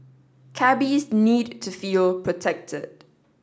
cabbies need to feel protected